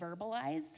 verbalize